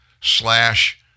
slash